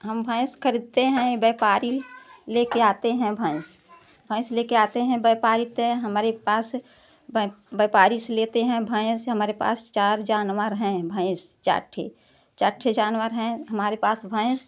हम भैंस खरीदते हैं व्यापारी ले कर आते हैं भैंस भैंस ले कर आते हैं व्यापारी ते हमरे पास व्यापारी से लेते हैं भैंस हमारे पास चार जानवर हैं भैंस चार ठो चार ठो जानवर हैं हमारे पास भैंस